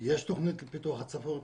יש תוכנית לפיתוח הצפון,